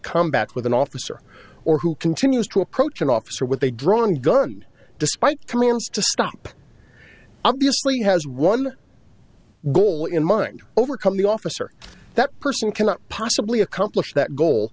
combat with an officer or who continues to approach an officer with a drawn gun despite commands to stop obviously has one goal in mind overcome the officer that person cannot possibly accomplish that goal